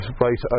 right